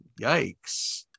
yikes